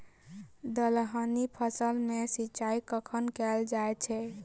दलहनी फसल मे सिंचाई कखन कैल जाय छै?